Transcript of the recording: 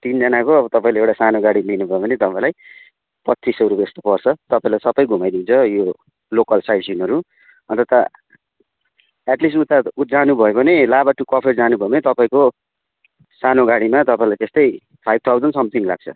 तिनजनाको अब तपाईँले एउटा सानो गाडी लिनुभयो भने तपाईँलाई पच्चिस सौ रुपियाँ जस्तो पर्छ तपाईँलाई सबै घुमाइदिन्छ यो लोकल साइड सिनहरू अन्त ता एटलिस्ट उता जानुभयो भने लाभा टु कफेर जानुभयो भने तपाईँको सानो गाडीमा तपाईँलाई त्यस्तै फाइभ थाउजन्ड समथिङ लाग्छ